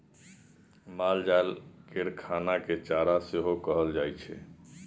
मालजाल केर खाना केँ चारा सेहो कहल जाइ छै